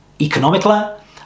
economically